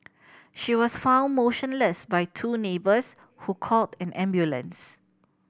she was found motionless by two neighbours who called an ambulance